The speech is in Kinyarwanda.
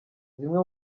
zimwe